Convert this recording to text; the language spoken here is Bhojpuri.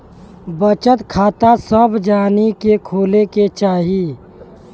बचत खाता सभ जानी के खोले के चाही